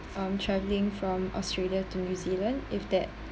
um travelling from australia to new zealand if that